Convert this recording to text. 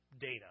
data